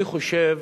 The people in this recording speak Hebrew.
אני חושב